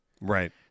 right